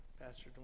Pastor